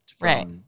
Right